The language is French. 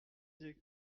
dit